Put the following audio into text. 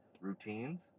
routines